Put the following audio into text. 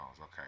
Okay